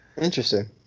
Interesting